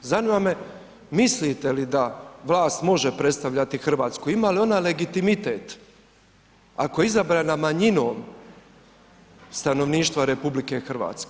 Zanima me mislite li da vlast može predstavljati Hrvatsku, ima li ona legitimitet ako je izbrana manjinom stanovništva RH?